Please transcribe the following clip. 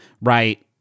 right